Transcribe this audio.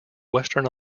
western